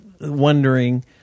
wondering